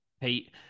Pete